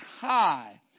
high